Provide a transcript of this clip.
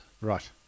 Right